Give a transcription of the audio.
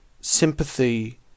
sympathy